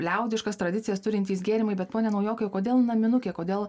liaudiškas tradicijas turintys gėrimai bet pone naujokai o kodėl naminukė kodėl